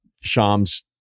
Shams